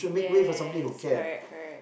yes correct correct